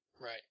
Right